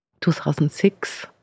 2006